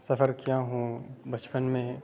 سفر کیا ہوں بچپن میں